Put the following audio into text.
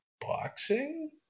boxing